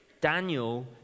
daniel